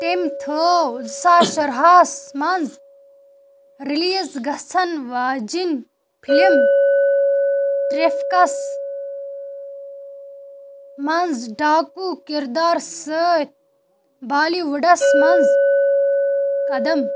تٔمۍ تھٲو زٕ ساس شُراہس منٛز رِلیٖز گژھن واجِنۍ فِلم ٹرٛفکس منٛز ڈاکوٗ کِردار سۭتۍ بالی وُڈس منٛز قدم